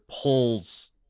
pulls